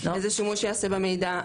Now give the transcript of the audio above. איזה שימוש יעשה במידע,